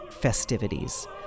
festivities